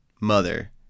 mother